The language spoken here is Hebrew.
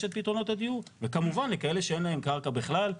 את פתרונות הדיור וכמובן לכאלה שאין להם קרקע בכלל,